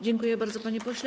Dziękuję bardzo, panie pośle.